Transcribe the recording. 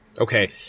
Okay